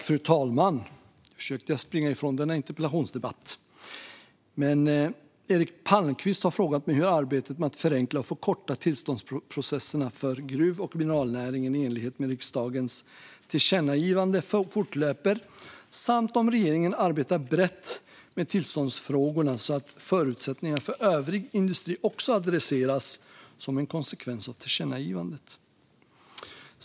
Fru talman! Eric Palmqvist har frågat mig hur arbetet med att förenkla och förkorta tillståndsprocesserna för gruv och mineralnäringen i enlighet med riksdagens tillkännagivande fortlöper samt om regeringen arbetar brett med tillståndsfrågorna så att förutsättningarna för övrig industri också adresseras som en konsekvens av tillkännagivandet.